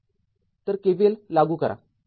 तर KVL लागू करा